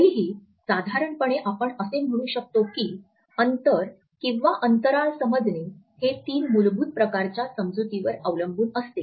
तरीही साधारणपणे आपण असे म्हणू शकतो की अंतर किंवा अंतराळ समजणे हे तीन मूलभूत प्रकारांच्या समजुतीवर अवलंबून असते